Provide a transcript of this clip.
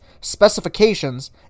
specifications